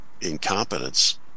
incompetence